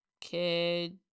Kid